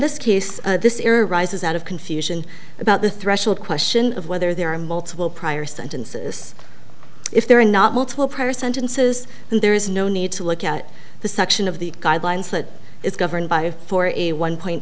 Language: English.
this case this era rises out of confusion about the threshold question of whether there are multiple prior sentences if there are not multiple per cent and says there is no need to look at the section of the guidelines that is governed by a for a one point